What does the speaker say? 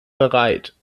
bereit